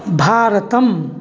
भारतं